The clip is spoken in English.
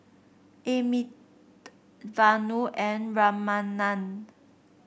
Vanu and Ramanand